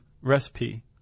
recipe